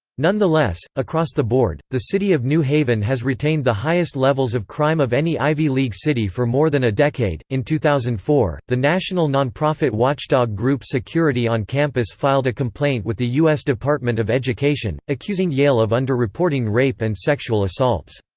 nonetheless, across the board, the city of new haven has retained the highest levels of crime of any ivy league city for more than a decade in two thousand and four, the national non-profit watchdog group security on campus filed a complaint with the u s. department of education, accusing yale of under-reporting rape and sexual assaults.